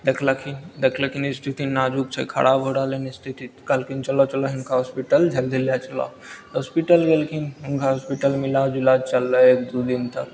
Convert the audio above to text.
देखलखिन देखलखिन स्थिति नाजुक छै खराब हो रहलय हन स्थिति कहलखिन चलय चलय हिनका हॉस्पिटल जल्दी लए चलऽ हॉस्पिटल गेलखिन हिनका हॉस्पिटलमे इलाज उलाज चललय एक दु दिन तक